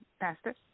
Pastor